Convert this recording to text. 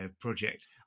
project